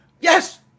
Yes